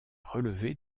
relevé